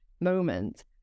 moment